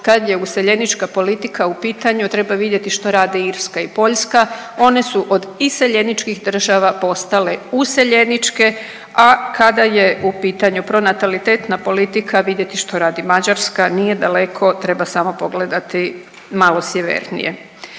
kad je useljenička politika u pitanju treba vidjeti što rade Irska i Poljska. One su od iseljeničkih države postale useljeničke, a kada je u pitanju pronatalitetna politika vidjeti što radi Mađarska, nije daleko treba samo pogleda malo sjevernije.